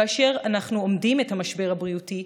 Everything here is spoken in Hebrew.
כאשר אנחנו אומדים את המשבר הבריאותי,